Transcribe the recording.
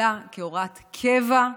אלא כהוראת קבע.